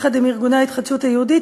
יחד עם ארגוני ההתחדשות היהודית,